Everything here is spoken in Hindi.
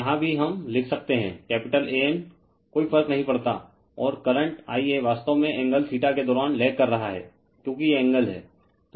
तो यहाँ भी हम लिख सकते हैं कैपिटल AN कोई फर्क नहीं पड़ता और करंट Ia वास्तव में एंगल के दौरान लेग कर रहा है क्योंकि ये एंगल हैं